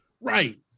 Right